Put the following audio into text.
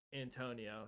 Antonio